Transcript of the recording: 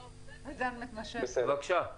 בבקשה.